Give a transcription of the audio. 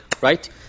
right